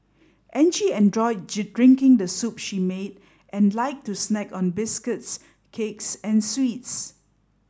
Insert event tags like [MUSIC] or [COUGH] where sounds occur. Angie enjoyed [UNINTELLIGIBLE] drinking the soup she made and liked to snack on biscuits cakes and sweets